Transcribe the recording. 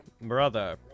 brother